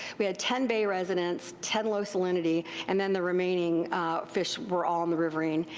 we had ten bay residents, ten low salinity, and then the remaining fish were all in the riverine.